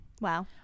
Wow